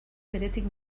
beretik